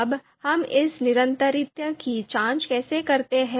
अब हम इस निरंतरता की जाँच कैसे करते हैं